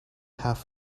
have